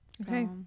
Okay